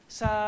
sa